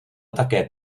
také